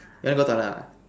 you want to go toilet or not